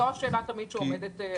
זו השאלה שתמיד עומדת.